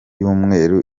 y’umweru